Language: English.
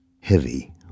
heavy